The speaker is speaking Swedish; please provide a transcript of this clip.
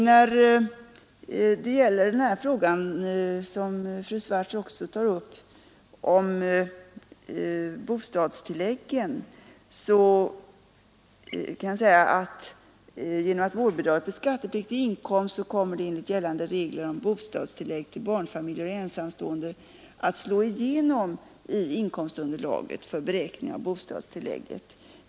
När det gäller frågan om bostadstilläggen, som fru Swartz också tar upp, kan jag säga att enligt gällande regler om bostadstillägg till barnfamiljer och ensamstående kommer vårdbidraget för skattepliktig inkomst att slå igenom i inkomstunderlaget för beräkning av bostadstillägget.